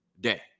day